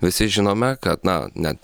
visi žinome kad na net